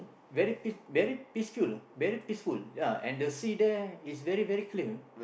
very peace very peaceful very peaceful ya and the sea there is very very clear